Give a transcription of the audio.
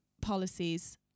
policies